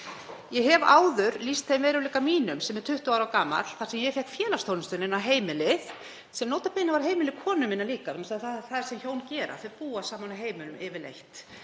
Ég hef áður lýst þeim veruleika mínum, sem er 20 ára gamall, þar sem ég fékk félagsþjónustuna inn á heimilið — sem nota bene var heimili konu minnar líka vegna þess að það er það sem hjón gera, þau búa saman á heimilinu yfirleitt